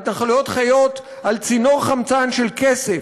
ההתנחלויות חיות על צינור חמצן של כסף,